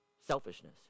Selfishness